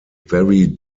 very